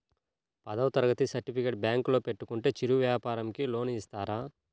పదవ తరగతి సర్టిఫికేట్ బ్యాంకులో పెట్టుకుంటే చిరు వ్యాపారంకి లోన్ ఇస్తారా?